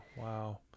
Wow